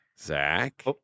Zach